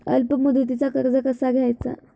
अल्प मुदतीचा कर्ज कसा घ्यायचा?